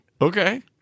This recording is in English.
Okay